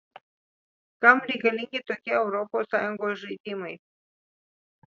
kam reikalingi tokie europos sąjungos žaidimai